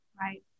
Right